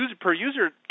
per-user